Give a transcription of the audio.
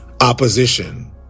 opposition